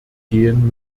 gehen